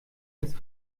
ins